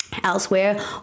Elsewhere